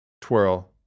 Twirl